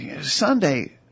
Sunday